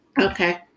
Okay